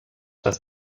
dass